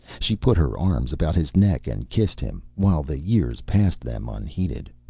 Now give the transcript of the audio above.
she put her arms about his neck and kissed him, while the years passed them unheeded.